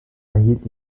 erhielt